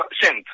cent